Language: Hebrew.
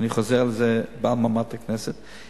ואני חוזר על זה מעל במת הכנסת,